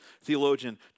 Theologian